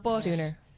sooner